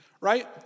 right